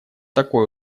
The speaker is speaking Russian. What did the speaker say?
такое